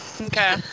okay